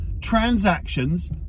transactions